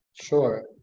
sure